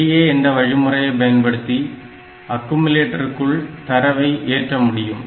LDA என்ற வழிமுறையை பயன்படுத்தி அக்குமுலேட்டருக்குள் தரவை ஏற்ற முடியும்